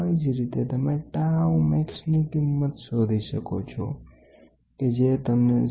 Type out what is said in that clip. આવી જ રીતે તમે તો મહત્તમ ની કિંમત શોધી શકો છો કે જે તમને 0